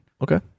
okay